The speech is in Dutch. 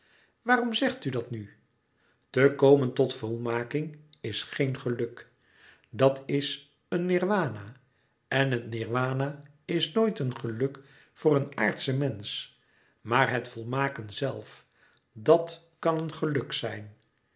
waarom zegt u dat nu te komen tot volmaking is geen geluk dat is een nirwana en het nirwana is nooit een geluk voor een louis couperus metamorfoze aardsche mensch maar het volmaken zèlf dat kan een geluk zijn